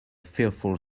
fearful